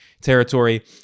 territory